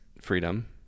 freedom